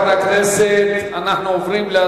אבל תקבלו את הילדים שלהם לבתי-הספר שלכם.